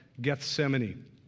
Gethsemane